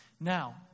Now